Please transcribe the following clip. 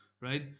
right